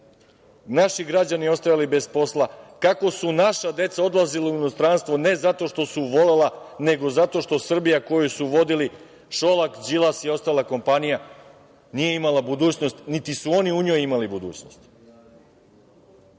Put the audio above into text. naši građani ostajali bez posla, kako su naša deca odlazila u inostranstvo, ne zato što su volela, nego zato što Srbija koju su vodili Šolak, Đilas i ostala kompanija nije imala budućnost, niti su oni u njoj imali budućnost. Uvek